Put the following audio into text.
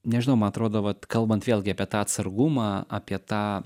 nežinau ma atrodo vat kalbant vėlgi apie tą atsargumą apie tą